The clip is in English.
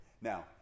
Now